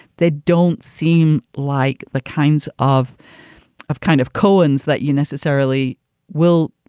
they don't seem like the kinds of of kind of koans that you necessarily will.